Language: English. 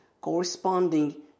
corresponding